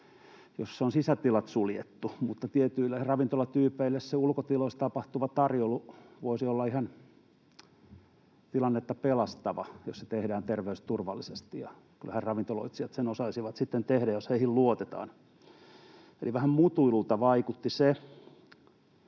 jos on sisätilat suljettu. Mutta tietyille ravintolatyypeille se ulkotiloissa tapahtuva tarjoilu voisi olla ihan tilannetta pelastava, jos se tehdään terveysturvallisesti, ja kyllähän ravintoloitsijat sen osaisivat sitten tehdä, jos heihin luotetaan. Eli vähän mutuilulta vaikutti se.